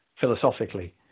philosophically